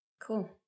Cool